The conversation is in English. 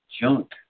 junk